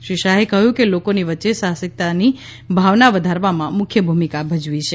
શ્રી શાહે કહ્યું કે લોકોની વચ્ચે સાહસિકતાની ભાવના વધારવામાં મુખ્ય ભૂમિકા ભજવી છે